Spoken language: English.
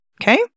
okay